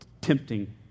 tempting